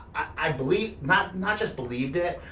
i believe, not not just believed it,